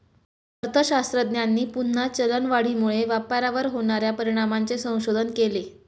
अर्थशास्त्रज्ञांनी पुन्हा चलनवाढीमुळे व्यापारावर होणार्या परिणामांचे संशोधन केले